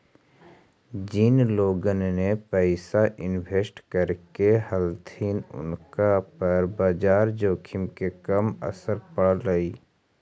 जिन लोगोन ने पैसा इन्वेस्ट करले हलथिन उनका पर बाजार जोखिम के कम असर पड़लई